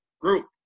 group